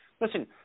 listen